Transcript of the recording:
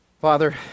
Father